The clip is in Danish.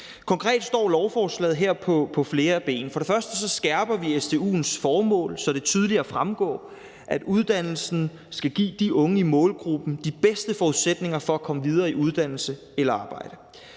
Konkret står lovforslaget her på flere ben. For det første skærper vi stu'ens formål, så det tydeligere fremgår, at uddannelsen skal give de unge i målgruppen de bedste forudsætninger for at komme videre i uddannelse eller arbejde,